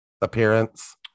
appearance